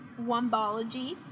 wombology